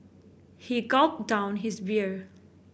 he gulped down his beer